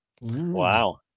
Wow